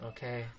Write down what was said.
Okay